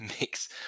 mix